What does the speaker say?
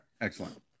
Excellent